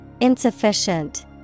Insufficient